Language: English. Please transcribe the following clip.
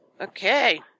Okay